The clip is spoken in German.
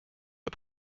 der